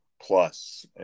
plus